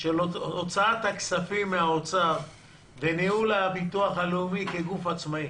של הוצאת הכספים מן האוצר וניהול הביטוח הלאומי כגוף עצמאי.